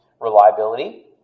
Reliability